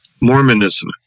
Mormonism